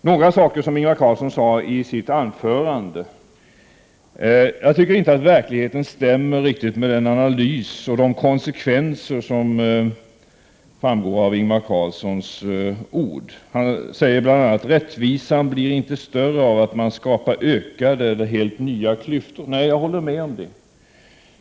Några saker som Ingvar Carlsson sade i sitt anförande vill jag kommentera. Jag tycker inte att verkligheten stämmer riktigt med den analys och de konsekvenser som framgår av Ingvar Carlssons ord. Han säger bl.a. att rättvisan blir inte större av att man skapar ökade eller helt nya klyftor. Jag håller med om det.